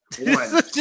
One